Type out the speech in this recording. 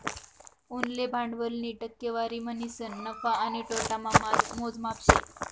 उनले भांडवलनी टक्केवारी म्हणीसन नफा आणि नोटामा मोजमाप शे